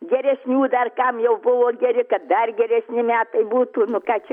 geresnių dar ten jau buvo geri kad dar geresni metai būtų nu ką čia